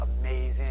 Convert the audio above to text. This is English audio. amazing